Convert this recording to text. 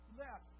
left